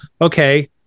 okay